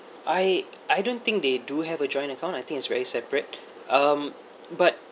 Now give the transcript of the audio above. I I don't think they do have a joint account I think it's very separate um but